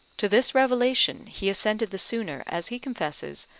to this revelation he assented the sooner, as he confesses,